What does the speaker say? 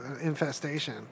infestation